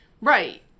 Right